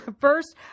first